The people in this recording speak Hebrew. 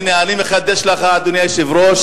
הנה אני מחדש לך, אדוני היושב-ראש.